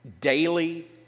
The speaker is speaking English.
daily